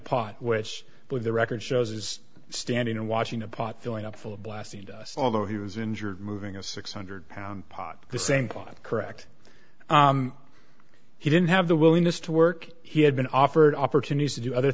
pot which with the record shows is standing and watching a pot filling up full blast and although he was injured moving a six hundred lb pot the same pot correct he didn't have the willingness to work he had been offered opportunities to do other